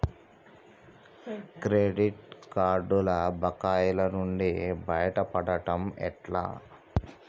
Credit కార్డుల బకాయిల నుండి బయటపడటం ఎట్లా?